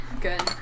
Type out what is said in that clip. Good